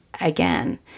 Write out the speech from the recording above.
again